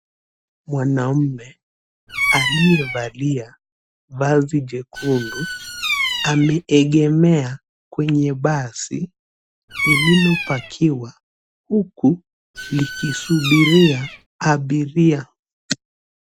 Mwanaume aliyevalia vazi jekundu ameengemea kwenye basi lililopakiwa huku likisubiria abiria.